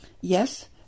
Yes